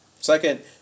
Second